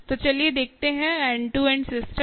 तो चलिए देखते हैं एंड टू एंड सिस्टम